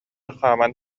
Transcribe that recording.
хааман